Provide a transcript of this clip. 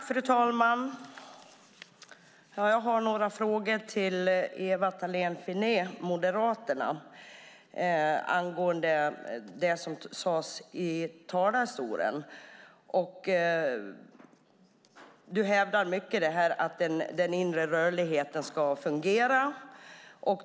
Fru talman! Jag har några frågor till Ewa Thalén Finné, Moderaterna, angående det som sades i talarstolen. Du, Ewa Thalén Finné, framhåller att den inre rörligheten ska fungera.